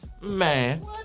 Man